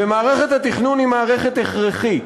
ומערכת התכנון היא מערכת הכרחית.